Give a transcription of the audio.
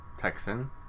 Texan